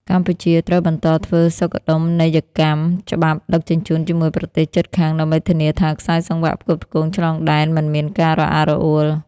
កម្ពុជាត្រូវបន្តធ្វើសុខដុមនីយកម្មច្បាប់ដឹកជញ្ជូនជាមួយប្រទេសជិតខាង ដើម្បីធានាថាខ្សែសង្វាក់ផ្គត់ផ្គង់ឆ្លងដែនមិនមានការរអាក់រអួល។